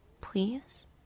Please